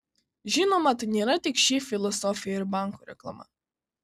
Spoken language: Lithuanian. žinoma tai nėra tik šiaip filosofija ir bankų reklama